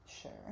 sure